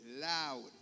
loud